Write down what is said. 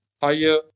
higher